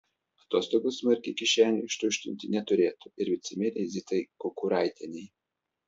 atostogos smarkiai kišenių ištuštinti neturėtų ir vicemerei zitai kukuraitienei